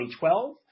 2012